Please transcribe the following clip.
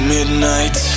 Midnight